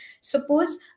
suppose